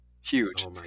Huge